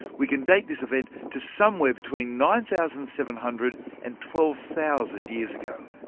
we can date this event to somewhere between nine thousand seven hundred and twelve thousand years ago.